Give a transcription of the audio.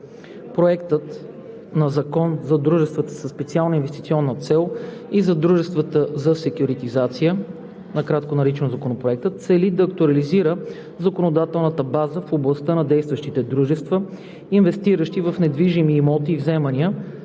Проектът на Закон за дружествата със специална инвестиционна цел и за дружествата за секюритизация, накратко наричан Законопроектът, цели да актуализира законодателната база в областта на действащите дружества, инвестиращи в недвижими имоти и вземания,